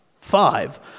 Five